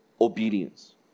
obedience